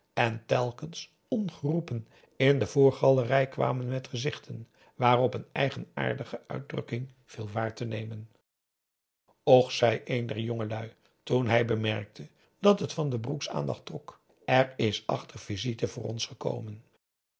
en telkens ongeroepen in de voorgalerij kwamen met gezichten waarop een eigenaardige uitdrukking viel waar te nemen och zei een der jongelui toen hij bemerkte dat het van den broeks aandacht trok er is achter visite voor ons gekomen